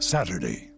Saturday